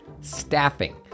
Staffing